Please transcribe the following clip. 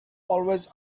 always